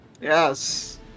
Yes